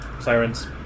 Sirens